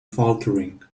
faltering